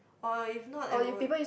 or if not it would